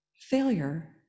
Failure